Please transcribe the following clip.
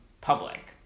public